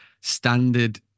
standard